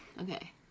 Okay